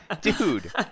Dude